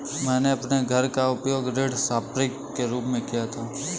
मैंने अपने घर का उपयोग ऋण संपार्श्विक के रूप में किया है